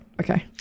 okay